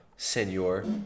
Senor